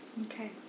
Okay